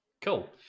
cool